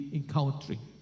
encountering